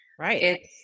right